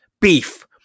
beef